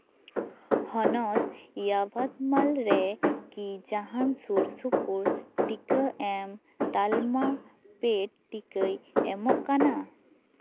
ᱦᱚᱱᱚᱛ ᱤᱭᱟᱵᱟᱫᱽᱢᱟᱞ ᱨᱮ ᱠᱤ ᱡᱟᱦᱟᱱ ᱥᱩᱨ ᱥᱩᱯᱩᱨ ᱴᱤᱠᱟᱹ ᱮᱢ ᱛᱟᱞᱢᱟ ᱯᱮ ᱰ ᱴᱤᱠᱟᱹᱭ ᱮᱢᱚᱜ ᱠᱟᱱᱟ